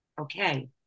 Okay